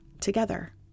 together